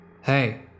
Hey